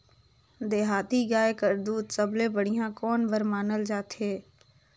देहाती गाय कर दूध सबले बढ़िया कौन बर मानल जाथे?